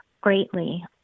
greatly